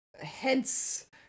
Hence